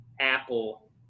Apple